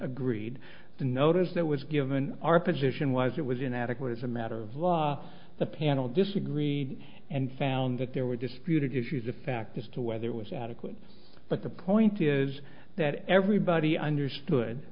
agreed the notice that was given our position was it was inadequate as a matter of law the panel disagreed and found that there were disputed issues of fact as to whether it was adequate but the point is that everybody understood